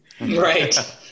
Right